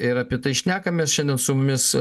ir apie tai šnekamės šiandien su mumis